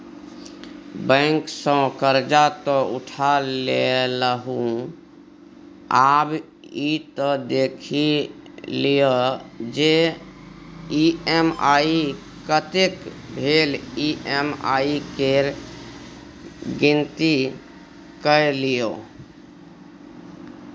bank सँ करजा तँ उठा लेलहुँ आब ई त देखि लिअ जे ई.एम.आई कतेक भेल ई.एम.आई केर गिनती कए लियौ